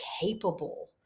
capable